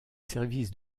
services